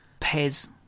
Pez